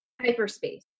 hyperspace